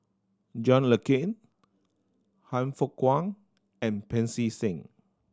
John Le Cain Han Fook Kwang and Pancy Seng